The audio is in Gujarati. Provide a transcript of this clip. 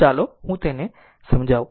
ચાલો હું તેને સમજાવું